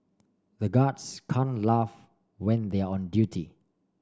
the guards can't laugh when they are on duty